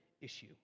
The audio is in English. issue